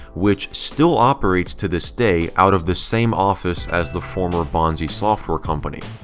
which still operates to this day out of the same office as the former bonzi software company.